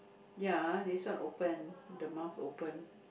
ya this one open the mouth open